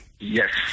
Yes